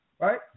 right